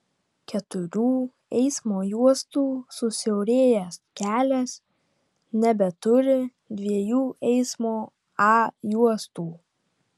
keturių eismo juostų susiaurėjęs kelias nebeturi dviejų eismo a juostų